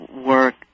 work